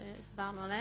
הסברנו עליהם.